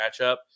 matchup